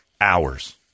Hours